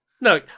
No